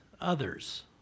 others